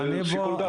אני בית משפט?